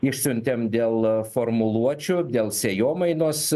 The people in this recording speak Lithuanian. išsiuntėm dėl formuluočių dėl sėjomainos